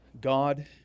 God